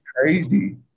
crazy